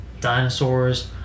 dinosaurs